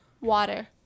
Water